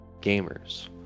gamers